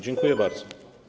Dziękuję bardzo.